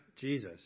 Jesus